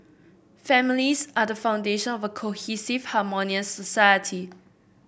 families are the foundation of a cohesive harmonious society